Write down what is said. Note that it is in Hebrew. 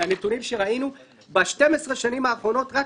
מהנתונים שראינו ב-12 שנים האחרונות רק